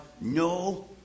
no